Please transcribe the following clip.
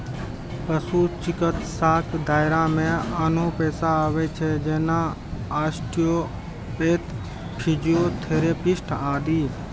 पशु चिकित्साक दायरा मे आनो पेशा आबै छै, जेना आस्टियोपैथ, फिजियोथेरेपिस्ट आदि